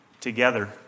together